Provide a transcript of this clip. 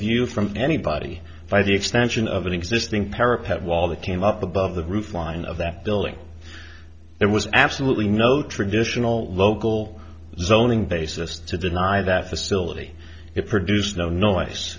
view from anybody by the extension of an existing parapet wall that came up above the roof line of that building there was absolutely no traditional local zoning basis to deny that facility it produced no no ice